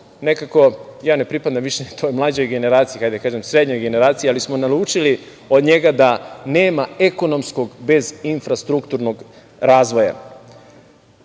nekako, ja ne pripadam više toj mlađoj generaciji, ajde da kažem srednjoj generaciji, ali smo naučili od njega da nema ekonomskog bez infrastrukturnog razvoja. Dakle,